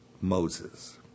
Moses